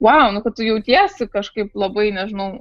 vau nu kad tu jautiesi kažkaip labai nežinau